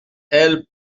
elles